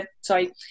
sorry